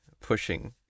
pushing